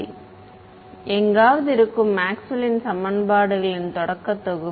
மாணவர் எங்காவது இருக்கும் மேக்ஸ்வெல்லின் சமன்பாடுகளின் தொடக்க தொகுப்பு